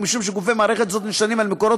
ומכיוון שגופי מערכת זו נשענים על מקורות